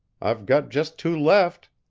i've got just two left.